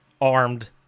armed